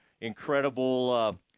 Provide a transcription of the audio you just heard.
incredible